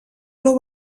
flor